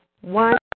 One